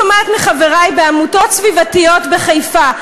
אני שומעת מחברי בעמותות סביבתיות בחיפה,